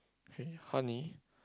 K honey